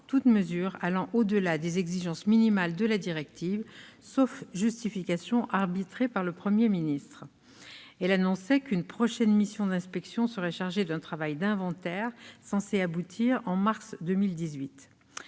toute mesure allant au-delà des exigences minimales de la directive, sauf justification arbitrée par le Premier ministre. Elle annonçait qu'une prochaine mission d'inspection serait chargée d'un travail d'inventaire censé aboutir en mars 2018.